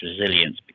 resilience